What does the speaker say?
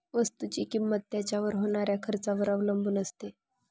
वस्तुची किंमत त्याच्यावर होणाऱ्या खर्चावर अवलंबून असते